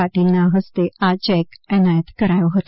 પાટિલના હસ્તે આ ચેક એનાયત કરાયો હતો